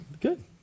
Good